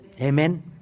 Amen